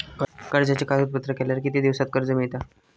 कर्जाचे कागदपत्र केल्यावर किती दिवसात कर्ज मिळता?